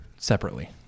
Separately